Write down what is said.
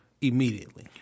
immediately